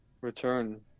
return